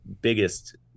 biggest